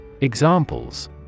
Examples